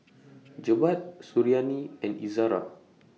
Jebat Suriani and Izzara